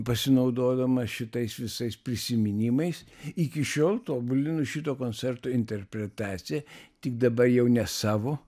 pasinaudodamas šitais visais prisiminimais iki šiol tobulinu šito koncerto interpretaciją tik dabar jau ne savo